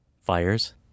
fires